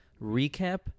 recap